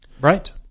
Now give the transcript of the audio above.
right